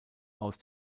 aus